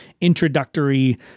introductory